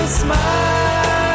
smile